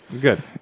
Good